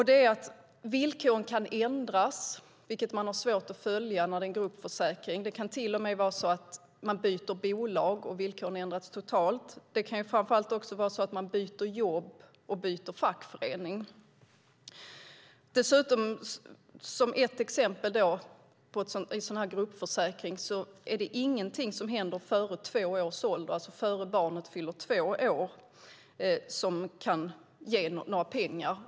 Det är att villkoren kan ändras, vilket man har svårt att följa när det är en gruppförsäkring. Det kan till och med vara så att fackföreningen byter bolag och villkoren ändras totalt. Det kan framför allt vara så att man själv byter jobb och byter fackförening. Som ett exempel på en sådan här gruppförsäkring är det ingenting av det som händer innan barnet fyller två år som kan ge några pengar.